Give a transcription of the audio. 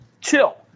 chill